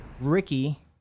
Ricky